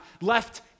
left